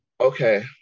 Okay